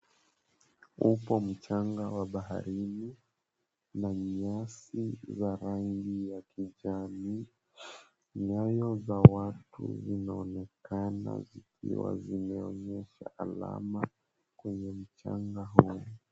Upo mchanga wa baharini na nyasi za rangii ya kijani nyayo za watuu zinaonekana zikiwa zimeonyesha alama kwenye mchanga huo.